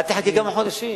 אל תחכה כמה חודשים.